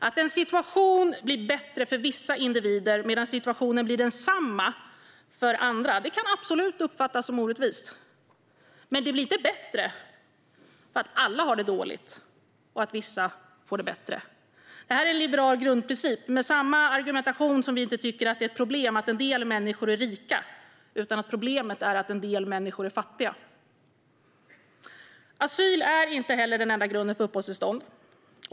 Att en situation blir bättre för vissa individer medan situationen blir densamma för andra kan absolut uppfattas som orättvist. Men det är inte bättre att alla har det dåligt än att vissa får det bättre. Det är en liberal grundprincip. Det är samma argumentation som att vi inte tycker att det är ett problem att en del människor är rika. Problemet är att en del människor är fattiga. Asyl är inte heller den enda grunden för uppehållstillstånd.